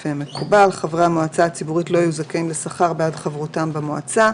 חברי המועצה הציבורית לא יהיו זכאים לשכר בעד חברותם במועצה,